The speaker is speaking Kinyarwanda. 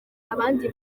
abandi